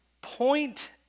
point